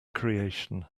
creation